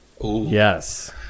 Yes